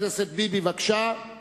חבר הכנסת ביבי, ואחריו,